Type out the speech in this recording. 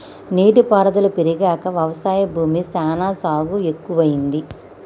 నీటి పారుదల పెరిగాక వ్యవసాయ భూమి సానా సాగు ఎక్కువైంది